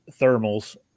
thermals